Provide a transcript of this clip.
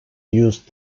used